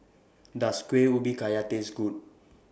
Does Kueh Ubi Kayu Taste Good